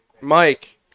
Mike